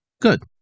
Good